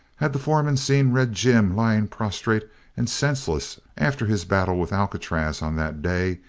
had the foreman seen red jim lying prostrate and senseless after his battle with alcatraz on that day,